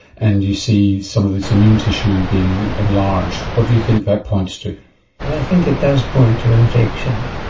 and you see some of this immune tissue being enlarged? what do you think that points to? well, i think it does point to infection.